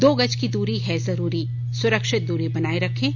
दो गज की दूरी है जरूरी सुरक्षित दूरी बनाए रखें